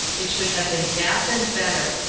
it should have been fastened better.